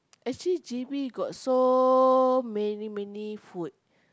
actually J_B got so many many food